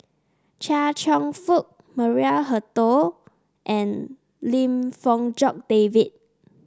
Chia Cheong Fook Maria Hertogh and Lim Fong Jock David